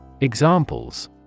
Examples